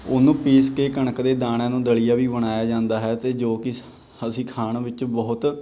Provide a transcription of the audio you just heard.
ਉਹਨੂੰ ਪੀਸ ਕੇ ਕਣਕ ਦੇ ਦਾਣਿਆਂ ਨੂੰ ਦਲੀਆ ਵੀ ਬਣਾਇਆ ਜਾਂਦਾ ਹੈ ਅਤੇ ਜੋ ਕਿ ਅਸੀਂ ਖਾਣ ਵਿੱਚ ਬਹੁਤ